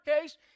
case